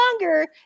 longer